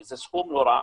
שזה סכום לא רע,